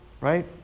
right